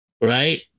Right